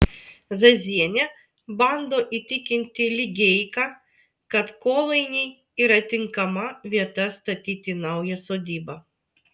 zazienė bando įtikinti ligeiką kad kolainiai yra tinkama vieta statyti naują sodybą